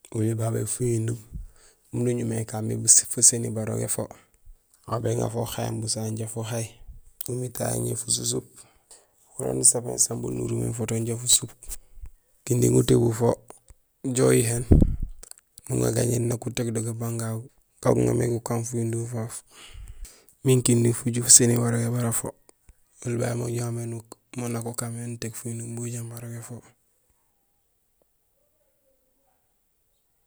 Nang béboñul bodo fuyundum bu nubilmé ékaan moon étéék fo mun ucaméén umbu ubaaj do éné yayu ya aw ucaméén mé bitéék. Nang oli babé, fuyundum bala utéék fo pañéér, nang busaha bubajo bajo, aw bébang fo busaha min fuhay, wala nang busaha bubajut, bésapin sambun min usupin fo to. Do gurégémé gasupéén, aw bésupin fo to min fuhay min gamoon gagu gukahéén nufo, nutéék fo. Nang utéék fo, aw béjaam barogé ban fubilimé érok. To na fuŋanlomé éné yara ajoola éém ajoola mé nak hané mémé. Ajoola mé nak akaan may indé yola. Jiboom jola may miin aboom may nakontaan may fok usupin waaf wawu, fuyundum fafu min uju né ubaaj son yayu yaan ucaméén mé éém, ajoola mo.